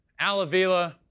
alavila